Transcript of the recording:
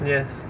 Yes